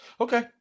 Okay